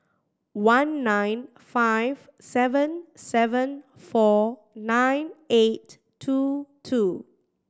one nine five seven seven four nine eight two two